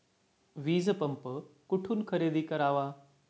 वीजपंप कुठून खरेदी करावा?